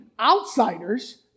Outsiders